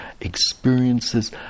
experiences